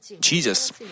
Jesus